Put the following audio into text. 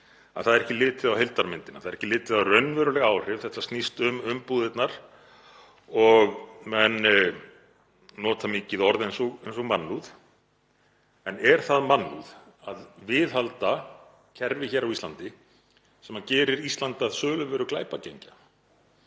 það er ekki litið á heildarmyndina, það er ekki litið á raunveruleg áhrif. Þetta snýst um umbúðirnar. Menn nota mikið orð eins og mannúð. En er það mannúð að viðhalda kerfi hér á Íslandi sem gerir Ísland að söluvöru glæpagengja?